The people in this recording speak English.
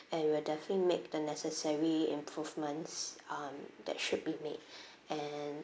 and we will definitely make the necessary improvements um that should be made and